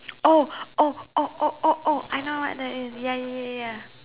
oh oh oh oh oh oh I know what that is ya ya ya ya